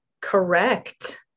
correct